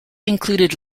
included